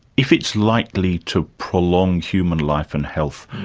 if it's likely to prolong human life and health,